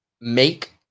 make